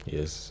Yes